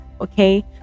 okay